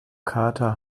kater